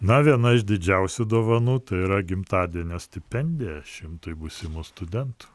na viena iš didžiausių dovanų tai yra gimtadienio stipendija šimtui būsimų studentų